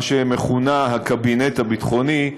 מה שמכונה הקבינט הביטחוני,